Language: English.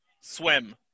swim